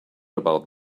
about